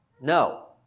No